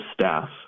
staff